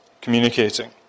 communicating